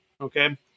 Okay